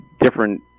different